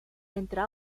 entre